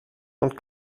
und